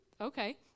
Okay